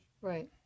right